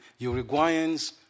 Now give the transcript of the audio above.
Uruguayans